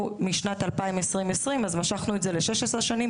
משנת 2020 ולכן משכנו את זה ל-16 שנים.